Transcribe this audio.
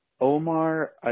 Omar